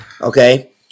Okay